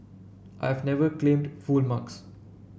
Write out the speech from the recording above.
I have never claimed full marks